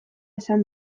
esan